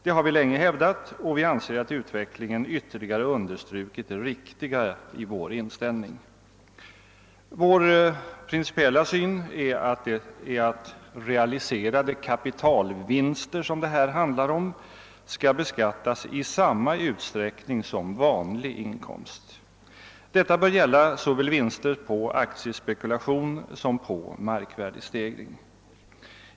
Det har vi länge hävdat, och vi anser att utvecklingen ytterligare understrukit det riktiga i vår inställning. Vår principiella uppfattning är att realiserade kapitalvinster skall beskattas i samma utsträckning som vanlig inkomst. Detta bör gälla såväl vinster på aktiespekulation som på markvärdestegring.